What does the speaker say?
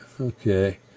okay